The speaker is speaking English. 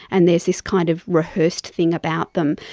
and there's this kind of rehearsed thing about them.